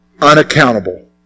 Unaccountable